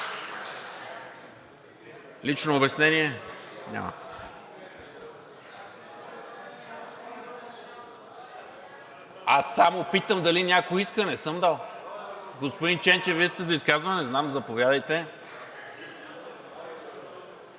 Лично обяснение? Няма. (Реплики.) Аз само питам дали някой иска, не съм дал. Господин Ченчев, Вие сте за изказване, знам – заповядайте.